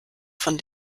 von